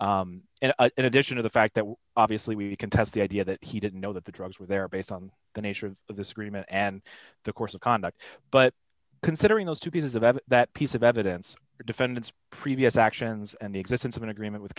case and in addition to the fact that obviously we can test the idea that he didn't know that the drugs were there based on the nature of the disagreement and the course of conduct but considering those two pieces of of that piece of evidence defendant's previous actions and the existence of an agreement with